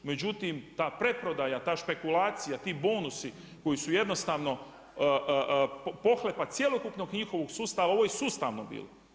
Međutim, ta preprodaja, ta špekulacija, ti bonusi koji su jednostavno pohlepa cjelokupnog njihovog sustava, ovo je sustavno bilo.